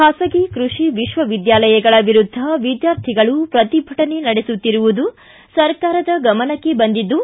ಖಾಸಗಿ ಕೃಷಿ ವಿಶ್ವವಿದ್ಯಾಲಯಗಳ ವಿರುದ್ಧ ವಿದ್ಯಾರ್ಥಿಗಳು ಪ್ರತಿಭಟನೆ ನಡೆಸುತ್ತಿರುವುದು ಸರ್ಕಾರದ ಗಮನಕ್ಕೆ ಬಂದಿದ್ದು